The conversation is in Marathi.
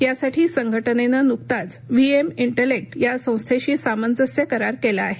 यासाठी संघटनेनं नुकताच व्हीएम ठिलेक्ट या संस्थेशी सामंजस्य करार केला आहे